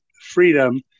freedom